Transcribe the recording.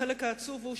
החלק העצוב הוא,